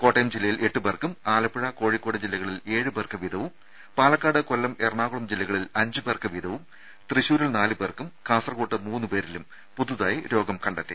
കോട്ടയം ജില്ലയിൽ എട്ട് പേർക്കും ആലപ്പുഴ കോഴിക്കോട് ജില്ലകളിൽ ഏഴു പേർക്ക് വീതവും പാലക്കാട് കൊല്ലം എറണാകുളം ജില്ലകളിൽ അഞ്ചു പേർക്ക് വീതവും തൃശൂരിൽ നാലു പേർക്കും കാസർകോട്ട് മൂന്ന് പേരിലും പുതുതായി രോഗം കണ്ടെത്തി